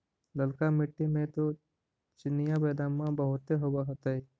ललका मिट्टी मे तो चिनिआबेदमां बहुते होब होतय?